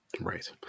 Right